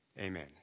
Amen